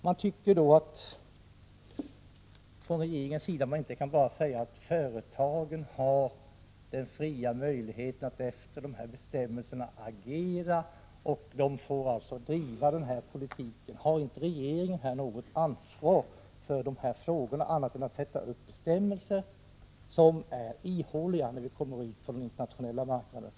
Jag tycker då att regeringen inte bara kan säga att företagen har möjlighet att fritt agera efter dessa bestämmelser och att de alltså får driva denna politik. Har inte regeringen något ansvar för dessa frågor — annat än att sätta upp bestämmelser som är ihåliga, särskilt på den internationella marknaden?